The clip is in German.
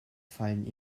fallen